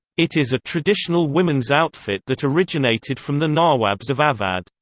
it is a traditional women's outfit that originated from the nawabs of awadh.